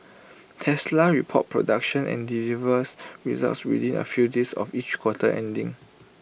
Tesla reports production and delivers results within A few days of each quarter ending